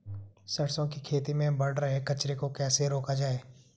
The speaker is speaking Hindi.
सरसों की खेती में बढ़ रहे कचरे को कैसे रोका जाए?